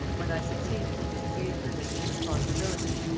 when i succeeded to his engagements and his responsibilities,